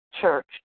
church